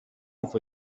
政府